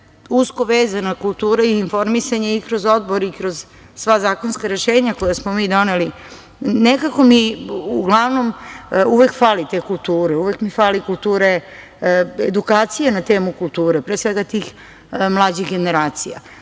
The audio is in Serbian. usko vezana kultura i informisanje, i kroz Odbor i kroz sva zakonska rešenja koja smo mi doneli nekako mi uglavnom uvek fali te kulture, edukacije na temu kulture, pre svega tih mlađih generacija. Imam